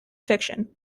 fiction